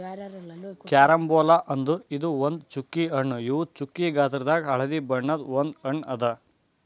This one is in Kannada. ಕ್ಯಾರಂಬೋಲಾ ಅಂದುರ್ ಇದು ಒಂದ್ ಚ್ಚುಕಿ ಹಣ್ಣು ಇವು ಚ್ಚುಕಿ ಗಾತ್ರದಾಗ್ ಹಳದಿ ಬಣ್ಣದ ಒಂದ್ ಹಣ್ಣು ಅದಾ